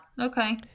Okay